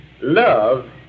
love